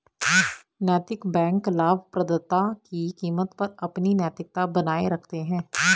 नैतिक बैंक लाभप्रदता की कीमत पर अपनी नैतिकता बनाए रखते हैं